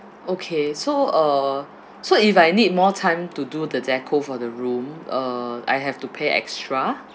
okay so uh so if I need more time to do the decor for the room uh I have to pay extra